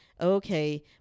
okay